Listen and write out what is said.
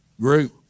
group